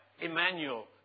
Emmanuel